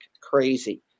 crazy